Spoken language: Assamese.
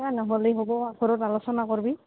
এই নহ'লেই হ'ব আৰু ঘৰত আলোচনা কৰিবি